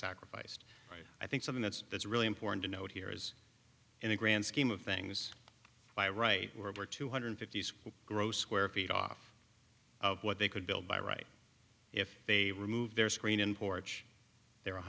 sacrificed i think something that's that's really important to note here is in the grand scheme of things by right were two hundred fifty six gross square feet off of what they could build by right if they removed their screen in porch there